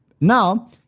Now